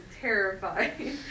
terrified